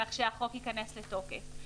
כך שהחוק ייכנס לתוקף.